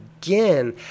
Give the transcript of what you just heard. again